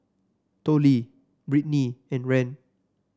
Tollie Brittnie and Rand